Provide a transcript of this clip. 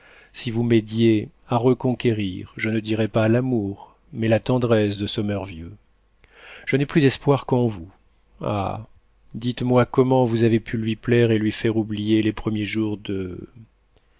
si vous m'aidiez à reconquérir je ne dirai pas l'amour mais la tendresse de sommervieux je n'ai plus d'espoir qu'en vous ah dites-moi comment vous avez pu lui plaire et lui faire oublier les premiers jours de